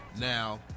Now